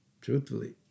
Truthfully